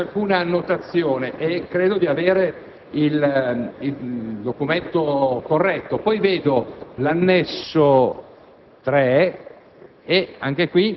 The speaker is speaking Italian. è stato dichiarato proponibile.